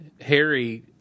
Harry